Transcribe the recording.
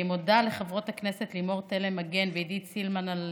אני מודה לחברות הכנסת לימור תלם מגן ועידית סילמן על